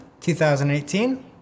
2018